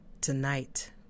Tonight